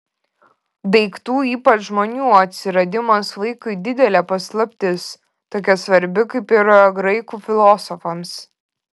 daiktų ypač žmonių atsiradimas vaikui didelė paslaptis tokia svarbi kaip ir graikų filosofams